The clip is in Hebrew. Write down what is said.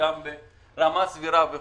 ברמה סבירה וכולי.